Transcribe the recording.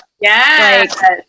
Yes